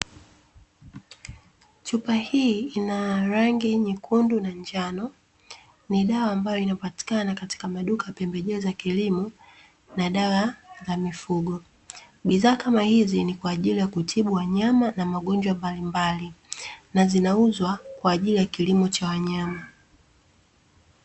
Chupa hii ina rangi nyekundu na njano, ni dawa ambayo inayopatikana katika maduka ya pembejeo za kilimo na dawa za mifugo. Bidhaa kama hizi ni kwa ajili ya kutibu wanyama na magonjwa mbalimbali, na zinauzwa kwa ajili ya kilimo cha wanyama.